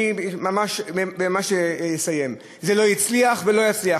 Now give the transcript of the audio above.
ואני ממש אסיים: זה לא הצליח ולא יצליח.